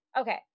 Okay